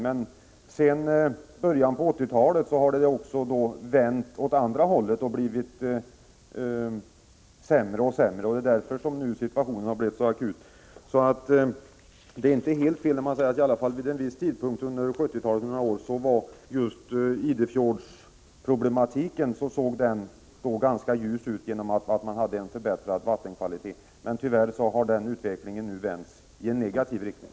Men sedan början av 1980-talet har det vänt, och det har blivit sämre och sämre. Därför är situationen nu akut. Det är därför inte helt fel att säga att Idefjordsproblematiken under några på 1970-talet såg ganska ljus ut, då man fick en förbättring av vattenkvaliteten. Tyvärr har denna utveckling vänts i negativ riktning.